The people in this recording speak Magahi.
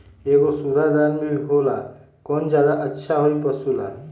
एगो सुधा दाना भी होला कौन ज्यादा अच्छा होई पशु ला?